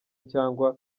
cyangwa